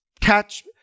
catch